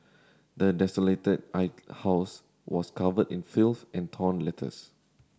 the desolated house was covered in filth and torn letters